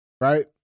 right